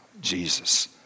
Jesus